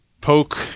poke